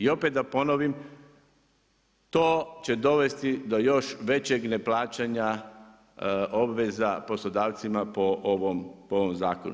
I opet da ponovim, to će dovesti do još većeg neplaćanja obveza poslodavcima po ovom zakonu.